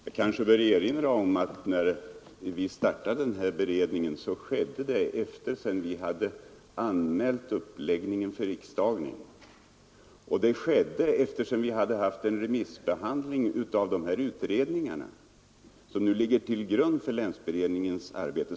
Herr talman! Jag kanske bör erinra om att när vi startade denna beredning, skedde detta efter det att vi anmält uppläggningen för riksdagen. Vi hade haft en remissbehandling av de utredningar som nu ligger till grund för länsberedningens arbete.